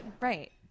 right